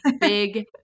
big